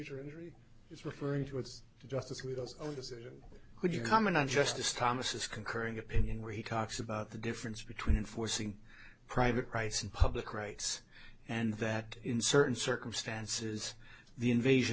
injury it's referring to it's justice who does own decision could you comment on justice thomas concurring opinion where he talks about the difference between enforcing private price and public rights and that in certain circumstances the invasion